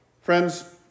Friends